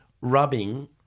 rubbing